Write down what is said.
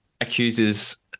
accuses